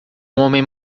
homem